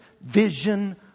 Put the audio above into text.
vision